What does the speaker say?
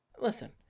listen